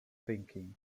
thinking